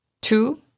Two